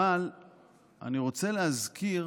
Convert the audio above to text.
אבל אני רוצה להזכיר